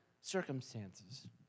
circumstances